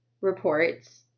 reports